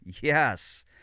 Yes